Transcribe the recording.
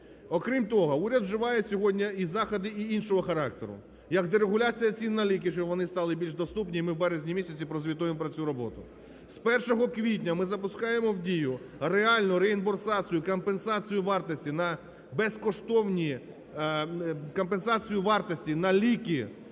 Окрім того, уряд вживає сьогодні і заходи і іншого характеру. Як дерегуляція цін на ліки, щоб вони стали більш доступні, і ми в березні місяці прозвітуємо про цю роботу. З 1 квітня ми запускаємо в дію реальну реімбурсацію - компенсацію вартості на безкоштовні… компенсацію вартості на ліки